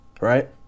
right